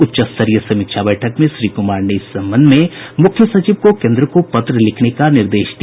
उच्चस्तरीय समीक्षा बैठक में श्री कुमार ने इस संबंध में मुख्य सचिव को केन्द्र को पत्र लिखने का निर्देश दिया